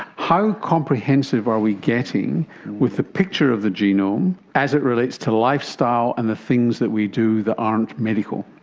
how comprehensive are we getting with the picture of the genome as it relates to lifestyle and the things that we do that aren't medical?